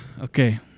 Okay